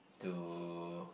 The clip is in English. to